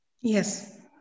Yes